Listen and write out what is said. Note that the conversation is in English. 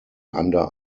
under